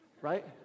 right